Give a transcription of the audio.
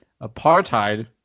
Apartheid